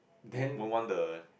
would won't want the